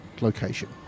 location